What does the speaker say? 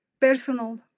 personal